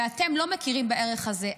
ואתם לא מכירים בערך הזה.